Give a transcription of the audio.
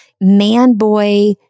man-boy